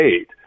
eight